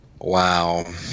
wow